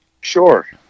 Sure